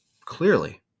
clearly